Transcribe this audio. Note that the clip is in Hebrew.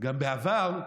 בעבר,